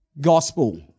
gospel